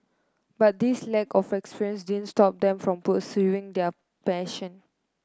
but this lack of experience didn't stop them from pursuing their passion